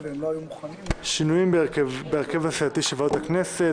שינויים בהרכב הסיעתי של ועדות הכנסת,